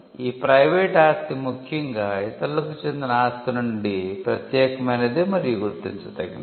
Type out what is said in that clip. ఈ ప్రైవేట్ ఆస్తి ముఖ్యంగా ఇతరులకు చెందిన ఆస్తి నుండి ప్రత్యేకమైనది మరియు గుర్తించదగినది